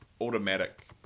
automatic